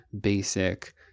basic